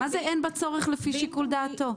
מה זה אין בה צורך לפי שיקול דעתו?